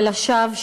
ולשווא,